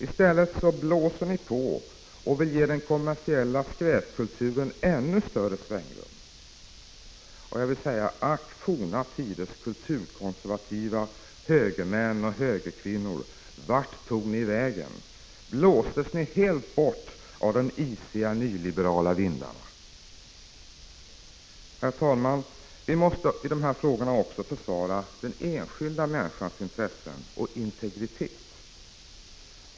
I stället blåser ni på och vill ge den kommersiella skräpkulturen ännu större svängrum. Ack, forna tiders : kulturkonservativa högermän och högerkvinnor! Vart tog ni vägen? Blåstes = Prot. 1985/86:50 ni helt bort av de isiga nyliberala vindarna? 12 december 1985 Herr talman! Vi måste i de här frågorna också försvara den enskilda OK : e ; i E Stöd till lokal människans intressen och integritet.